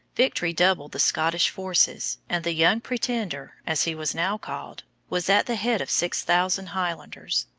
victory doubled the scottish forces, and the young pretender, as he was now called, was at the head of six thousand highlanders.